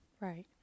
Right